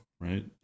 right